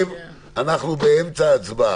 חברים, אנחנו באמצע הצבעה.